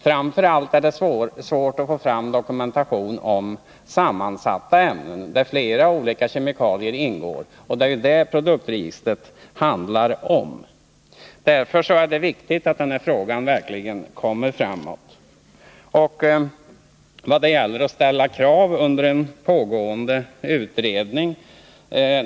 Framför allt är det svårt att få fram dokumentation om sammansatta ämnen, dvs. ämnen i vilka flera olika kemikalier ingår. Det är ju detta som det handlar om när det gäller | produktregistret. Därför är det viktigt att den här frågan verkligen löses. Sedan till detta att ställa krav under en pågående utredning.